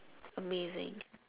amazing